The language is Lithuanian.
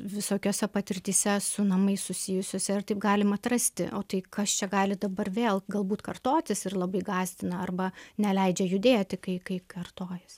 visokiose patirtyse su namais susijusiuose ir taip galim atrasti o tai kas čia gali dabar vėl galbūt kartotis ir labai gąsdina arba neleidžia judėti kai kai kartojas